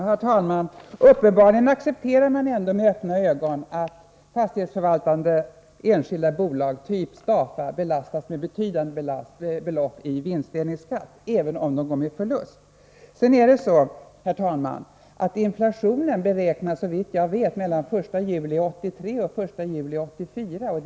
Herr talman! Uppenbarligen accepterar man ändå med öppna ögon att fastighetsförvaltande enskilda bolag typ Stafa belastas med betydande belopp i vinstdelningsskatt — även om de går med förlust. Inflationen beräknas, herr talman, såvitt jag vet mellan den 1 juli 1983 och den 1 juli 1984.